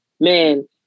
Man